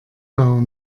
dauer